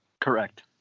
Correct